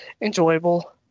enjoyable